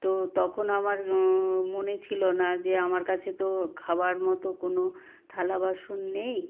তো তখন আমার মনে ছিলো না যে আমার কাছে তো খাবার মতো কোনো থালা বাসন নেই